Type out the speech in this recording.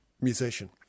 musician